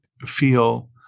feel